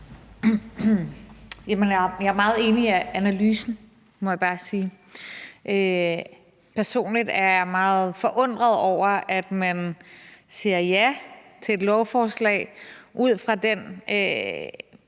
Jeg er meget enig i analysen, må jeg bare sige. Personligt er jeg meget forundret over, at man siger ja til et lovforslag, hvor man